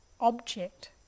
object